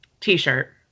t-shirt